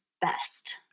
best